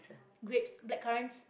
grapes blackcurrants